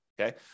okay